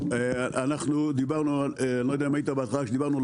אני לא יודע אם היית בהתחלה כשדיברנו על